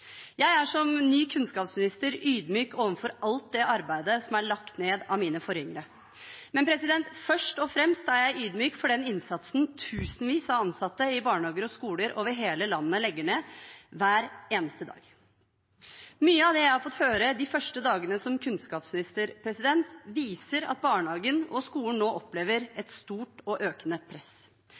Jeg er som ny kunnskapsminister ydmyk overfor alt det arbeidet som er lagt ned av mine forgjengere, men først og fremst er jeg ydmyk overfor den innsatsen tusenvis av ansatte i barnehager og skoler over hele landet legger ned hver eneste dag. Mye av det jeg har fått høre de første dagene som kunnskapsminister, viser at barnehagen og skolen nå opplever et stort og økende press.